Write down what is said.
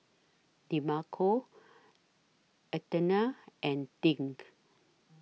Demarco Athena and Dink